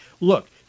look